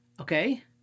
okay